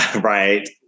Right